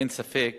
אין ספק